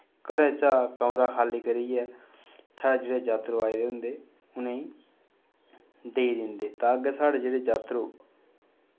घरै चा कमरा खाली करियै साढ़े जेह्ड़े जात्रू आए दे होंदे उ'ने ई देई दिंदे तां अग्गें साढ़े जेह्ड़े जात्रू